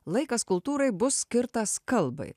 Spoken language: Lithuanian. laikas kultūrai bus skirtas kalbai